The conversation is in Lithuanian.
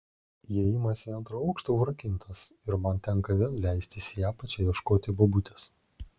įėjimas į antrą aukštą užrakintas ir man tenka vėl leistis į apačią ieškoti bobutės